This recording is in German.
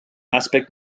aspekt